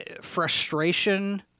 frustration